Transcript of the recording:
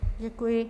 Děkuji.